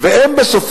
בהן סדרי עולם,